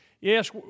Yes